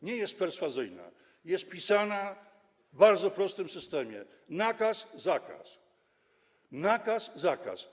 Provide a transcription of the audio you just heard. Nie jest perswazyjna, jest pisana w bardzo prostym systemie: nakaz - zakaz, nakaz - zakaz.